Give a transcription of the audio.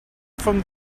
from